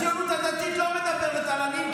הציונות הדתית לא מדברת על עניים,